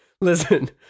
Listen